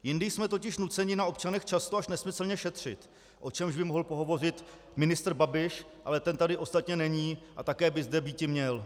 Jindy jsme totiž nuceni na občanech často až nesmyslně šetřit, o čemž by mohl pohovořit ministr Babiš, ale ten tady ostatně není a také by zde býti měl.